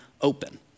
open